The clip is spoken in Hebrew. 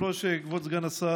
כבוד היושב-ראש, כבוד סגן השר,